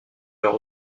leur